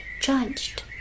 judged